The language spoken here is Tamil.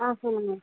ஆ சொல்லுங்கள்